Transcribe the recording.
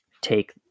take